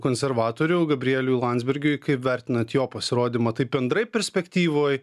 konservatoriui gabrieliui landsbergiui kaip vertinat jo pasirodymą taip bendrai perspektyvoj